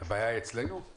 רצינו לקדם את זה,